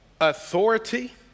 authority